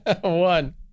one